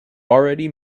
already